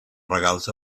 regals